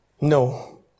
No